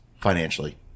financially